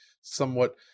somewhat